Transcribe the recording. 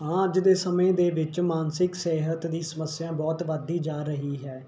ਹਾਂ ਅੱਜ ਦੇ ਸਮੇਂ ਦੇ ਵਿੱਚ ਮਾਨਸਿਕ ਸਿਹਤ ਦੀ ਸਮੱਸਿਆ ਬਹੁਤ ਵੱਧਦੀ ਜਾ ਰਹੀ ਹੈ